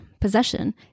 possession